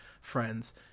friends